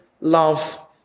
love